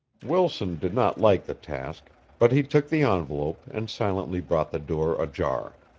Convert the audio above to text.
wilson did not like the task, but he took the envelope and silently brought the door ajar.